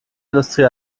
industrie